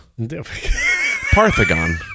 parthagon